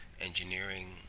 engineering